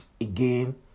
again